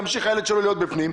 ימשיך הילד שלו להיות בפנים,